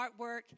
artwork